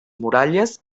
muralles